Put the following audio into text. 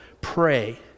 pray